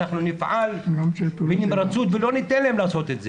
אנחנו נפעל בנמרצות ולא ניתן להם לעשות את זה,